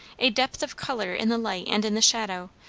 a depth of colour in the light and in the shadow,